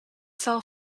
cell